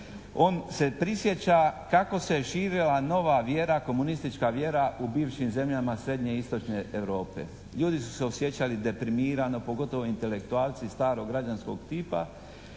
on se prisjeća kako se širila nova vjera komunistička vjera u bivšim zemljama srednje i istočne Europe, ljudi su se osjećali deprimirano pogotovo intelektualci staro građanskog tipa